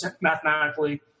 mathematically